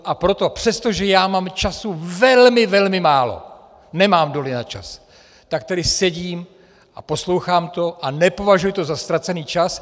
A proto, přestože já mám času velmi, velmi málo, nemám doly na čas, tak tady sedím a poslouchám to a nepovažuji to za ztracený čas.